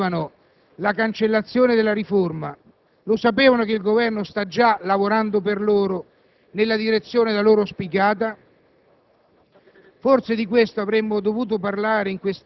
dissenso», scesi in piazza il 4 novembre, che chiedevano la cancellazione della riforma. Lo sapevano che il Governo sta già lavorando per loro, nella direzione da loro auspicata?